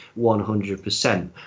100%